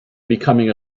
becoming